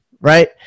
right